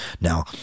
Now